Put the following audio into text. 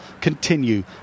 continue